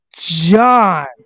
john